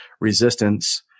resistance